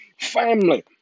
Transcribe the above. family